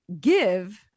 give